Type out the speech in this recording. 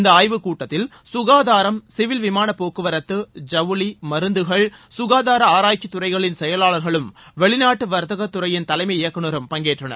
இந்த ஆய்வுக் கூட்டத்தில் ககாதாரம் சிவில் விமானப்போக்குவரத்து ஜவுளி மருந்துகள் ககாதார ஆராய்ச்சி துறைகளின் செயலாளர்களும் வெளிநாட்டு வர்த்தக துறையின் தலைமை இயக்குநரும் பங்கேற்றனர்